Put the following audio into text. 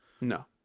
No